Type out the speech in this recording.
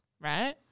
right